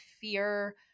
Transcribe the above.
fear